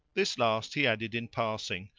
this last he added in passing,